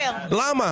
למה?